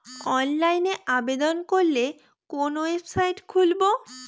অনলাইনে আবেদন করলে কোন ওয়েবসাইট খুলব?